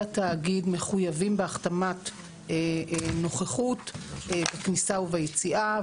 התאגיד מחויבים בהחתמת נוכחות בכניסה וביציאה.